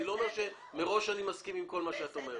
אני לא אומר שמראש אני מסכים עם כל מה שאת אומרת.